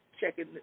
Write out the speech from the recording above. checking